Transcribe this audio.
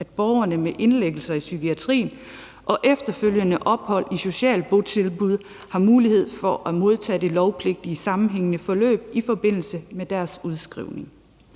at borgere med indlæggelser i psykiatrien og efterfølgende ophold på sociale botilbud har mulighed for at modtage det lovpligtige sammenhængende forløb i forbindelse med deres udskrivning.